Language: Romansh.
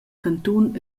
cantun